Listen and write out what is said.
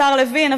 השר לוין,